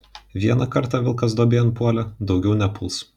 vieną kartą vilkas duobėn puolė daugiau nepuls